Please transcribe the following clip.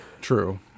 True